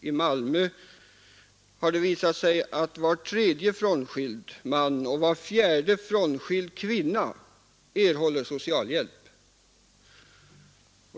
I Malmö har det visat sig att var tredje frånskild man och var fjärde frånskild kvinna erhåller socialhjälp.